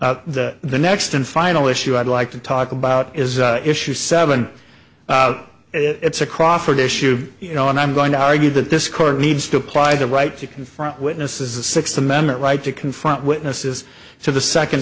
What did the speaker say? questions the next and final issue i'd like to talk about is issue seven it's a crawford issue you know and i'm going to argue that this court needs to apply the right to confront witnesses the sixth amendment right to confront witnesses to the second